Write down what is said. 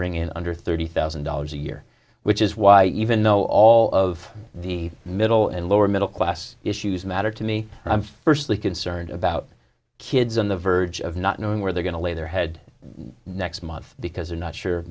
bring in under thirty thousand dollars a year which is why even though all of the middle and lower middle class issues matter to me i'm firstly concerned about kids on the verge of not knowing where they're going to lay their head next month because they're not sure